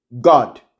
God